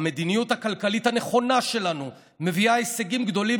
"המדיניות הכלכלית הנכונה שלנו מביאה הישגים גדולים,